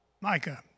Micah